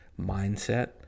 Mindset